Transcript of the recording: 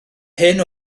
hyn